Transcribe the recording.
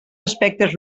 aspectes